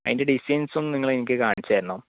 അതിൻ്റെ ഡിസൈൻസൊന്ന് നിങ്ങൾ എനിക്ക് കാണിച്ച് തരണം